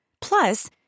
Plus